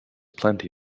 plenty